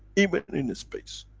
even in in space.